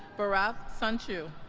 bharath sunchu